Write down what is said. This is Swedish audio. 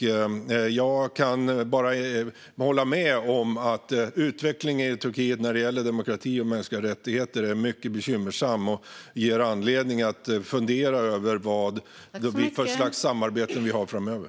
Jag kan bara hålla med om att utvecklingen i Turkiet när det gäller demokrati och mänskliga rättigheter är mycket bekymmersam och ger anledning att fundera över vilka samarbeten som vi ska ha framöver.